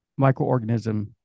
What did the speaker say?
microorganism